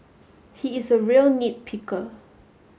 he is a real nit picker